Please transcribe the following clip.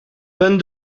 vingt